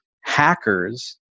hackers